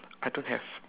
I don't have